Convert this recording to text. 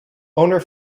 owner